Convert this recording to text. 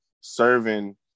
serving